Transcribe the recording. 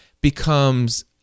becomes